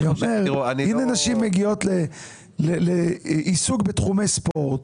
אני אומר, אם הנשים מגיעות לעיסוק בתחומי ספורט,